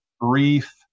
brief